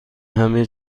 همه